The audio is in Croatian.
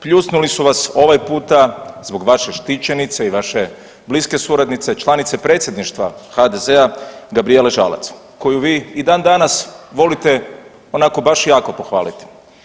Pljusnuli su vas ovaj puta zbog vaše štićenice i vaše bliske suradnice, članice predsjedništva HDZ-a Gabrijele Žalac koju vi i dan danas volite onako baš jako pohvaliti.